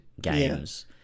games